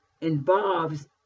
involves